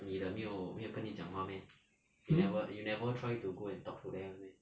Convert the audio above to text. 你的没有没有跟你讲话 meh you never you never try to go and talk to them meh